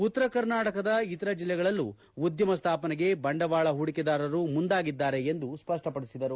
ಉತ್ತರ ಕನಾರ್ಟಕದ ಇತರೆ ಜೆಲ್ಲೆಗಳಲ್ಲೂ ಉದ್ಯಮ ಸ್ಥಾಪನೆಗೆ ಬಂಡವಾಳ ಹೂಡಿಕೆದಾರರು ಮುಂದಾಗಿದ್ದಾರೆ ಎಂದು ಸ್ಪಷ್ಟಪಡಿಸಿದರು